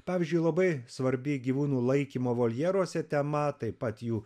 pavyzdžiui labai svarbi gyvūnų laikymo voljeruose tema taip pat jų